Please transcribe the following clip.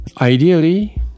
Ideally